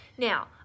Now